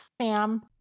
Sam